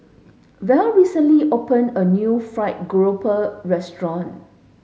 Val recently opened a new fried grouper restaurant